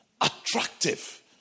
attractive